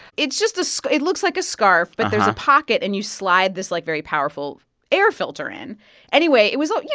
it's just a so it looks like a scarf, but there's a pocket, and you slide this, like, very powerful air filter in anyway, it was you